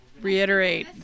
reiterate